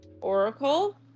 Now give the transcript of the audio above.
Oracle